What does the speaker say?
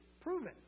Proven